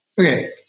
Okay